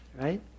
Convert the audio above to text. right